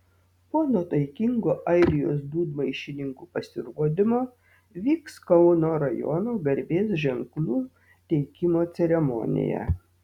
po nuotaikingo airijos dūdmaišininkų pasirodymo vyks kauno rajono garbės ženklų teikimo ceremonija